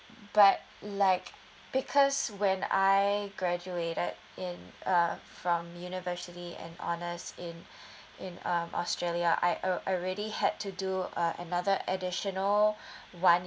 but like because when I graduated in uh from university and honors in in um australia I uh already had to do a another additional one